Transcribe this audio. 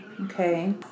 Okay